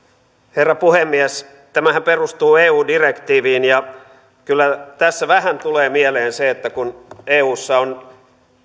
herra puhemies tämähän perustuu eun direktiiviin ja kyllä tässä vähän tulee mieleen se että kun eussa on